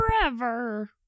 forever